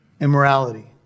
immorality